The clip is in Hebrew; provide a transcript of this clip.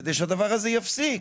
כדי שהדבר הזה יפסיק.